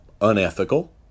unethical